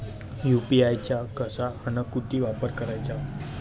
UPI चा कसा अन कुटी वापर कराचा?